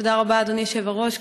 תודה רבה, אדוני היושב-ראש.